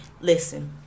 listen